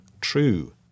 true